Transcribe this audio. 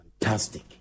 Fantastic